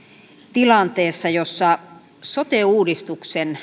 tilanteessa jossa sote uudistuksen